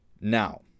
Now